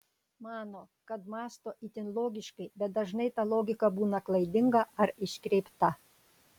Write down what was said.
mano kad mąsto itin logiškai bet dažnai ta logika būna klaidinga ar iškreipta